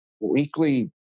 weekly